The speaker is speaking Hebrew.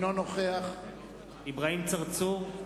אינו נוכח אברהים צרצור,